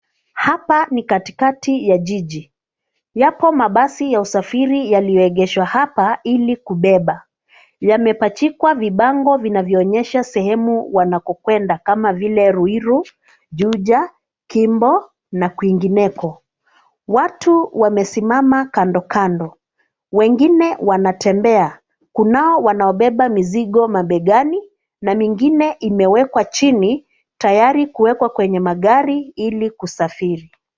Hapa ni katikati ya jiji. Yako mabasi ya usafiri yaliyoegeshwa hapa ili kubeba. Yamepachikwa vibango vinavyo onyesha sehemu wanako kwenda kama vile Ruiru, Juja, Kimbo na kuingineko. Watu wamesimama kandokando, wengine wanatembea. Kunao wanaobeba mizigo mabegani na mingine imewekwa chini tayari kuwekwa kwenye magari , ili kusafiri.